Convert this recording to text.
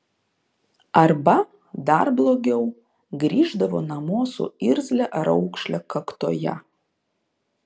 arba dar blogiau grįždavo namo su irzlia raukšle kaktoje